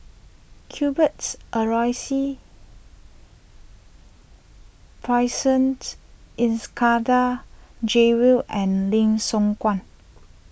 Cuthberts Aloysius Pridsons Iskandar Jalil and Lim Siong Guan